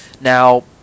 Now